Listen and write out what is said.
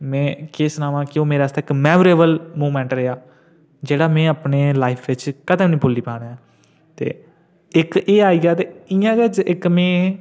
में केह् सनांऽ कि ओह् मेरे आस्तै इक मैमोरेबल मूमैंट रेहा जेह्ड़ा में अपनी लाइफ च कदें निं भुल्ली पाना ऐ ते इक एह् आई गेआ ते इ'यां गै इक में